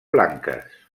blanques